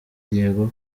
diego